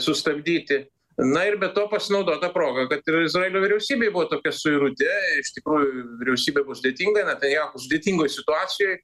sustabdyti na ir be to pasinaudota proga kad ir izraelio vyriausybėj buvo tokia suirutė iš tikrųjų vyriausybė buvo sudėtinga netanjahu sudėtingoj situacijoj